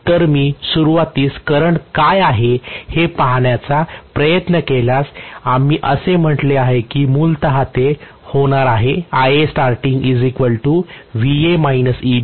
तर मी सुरूवातीस करंट काय आहे हे पाहण्याचा प्रयत्न केल्यास आम्ही असे म्हटले आहे की मूलतः ते होणार आहे परंतु Eb 0